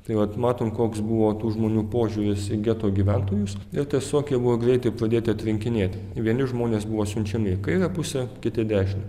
tai vat matom koks buvo tų žmonių požiūris į geto gyventojus ir tiesiog jie buvo greitai pradėti atrinkinėti vieni žmonės buvo siunčiami į kairę pusę kiti į dešinę